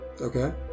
Okay